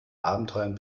abenteuern